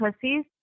pussies